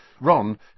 Ron